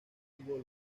amigo